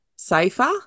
Safer